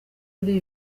buriya